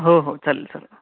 हो हो चालेल चालेल